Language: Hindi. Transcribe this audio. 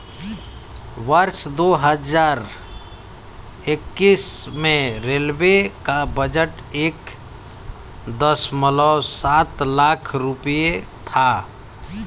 वर्ष दो हज़ार इक्कीस में रेलवे का बजट एक दशमलव सात लाख रूपये था